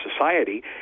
society